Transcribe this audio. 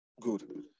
Good